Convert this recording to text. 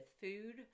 food